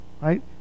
right